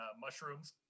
mushrooms